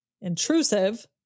intrusive